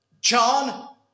John